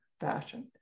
fashion